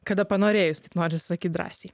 kada panorėjus taip norisi sakyt drąsiai